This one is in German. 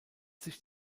sich